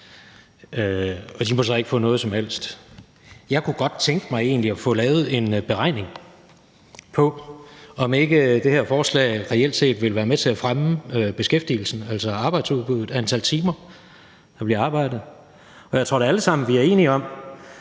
og de må så ikke få noget som helst. Jeg kunne egentlig godt tænke mig at få lavet en beregning på, om det her forslag ikke reelt set ville være med til at fremme beskæftigelsen, altså arbejdsudbud og antal timer, der bliver arbejdet. Jeg tror da, at vi alle sammen er enige om,